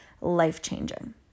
life-changing